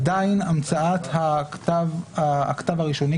עדיין המצאת הכתב הראשוני,